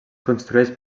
construeix